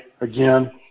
again